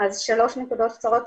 שלוש נקודות קצרות.